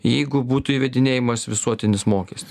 jeigu būtų įvedinėjamas visuotinis mokestis